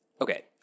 okay